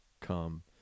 come